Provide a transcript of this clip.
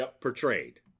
portrayed